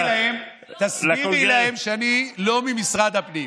ותגידי להם שאני לא ממשרד הפנים.